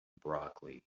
broccoli